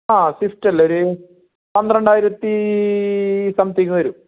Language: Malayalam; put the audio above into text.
ആ സ്വിഫ്റ്റ് അല്ലേ ഒരു പന്ത്രണ്ടായിരത്തി സംതിങ്ങ് വരും